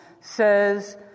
says